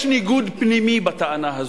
יש ניגוד פנימי בטענה הזו.